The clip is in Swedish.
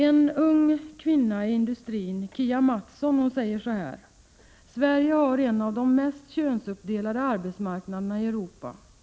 En ung kvinna i industrin, Kia Matsson, säger så här: ”Sverige har en av de mest könsuppdelade arbetsmarknaderna i Europa.